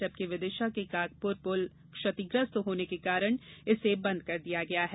जबकि विदिशा के कागपुर पुल क्षतिग्रस्त होने के कारण इसे बंद कर दिया गया है